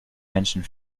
menschen